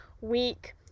week